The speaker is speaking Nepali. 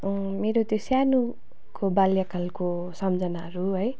मेरो त्यो सानोको बाल्यकालको सम्झनाहरू है